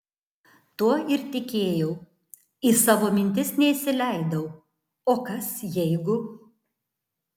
tuo ir tikėjau į savo mintis neįsileidau o kas jeigu